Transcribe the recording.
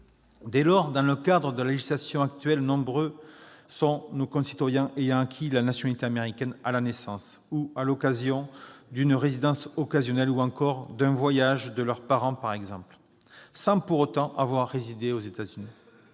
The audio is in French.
Dès lors, dans le cadre de la législation actuelle, nombreux sont nos concitoyens ayant acquis la nationalité américaine à la naissance, à l'occasion d'une résidence occasionnelle ou d'un voyage de leurs parents par exemple, sans pour autant avoir résidé aux États-Unis.